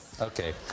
Okay